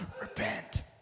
Repent